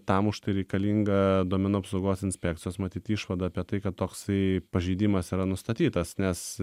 tam už tai reikalinga duomenų apsaugos inspekcijos matyt išvada apie tai kad toksai pažeidimas yra nustatytas nes